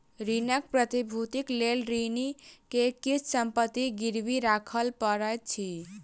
ऋणक प्रतिभूतिक लेल ऋणी के किछ संपत्ति गिरवी राखअ पड़ैत अछि